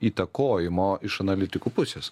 įtakojimo iš analitikų pusės